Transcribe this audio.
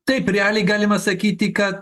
taip realiai galima sakyti kad